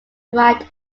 right